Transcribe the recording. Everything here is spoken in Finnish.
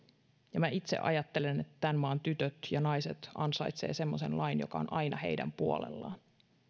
ja itse ajattelen että tämän maan tytöt ja naiset ansaitsevat semmoisen lain joka on aina heidän puolellaan